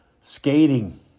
skating